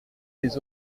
des